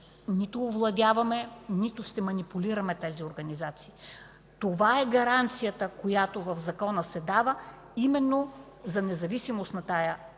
нито овладяваме, нито ще манипулираме тези организации. Това е гаранцията, която се дава в закона – именно за независимост на тази